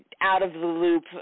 out-of-the-loop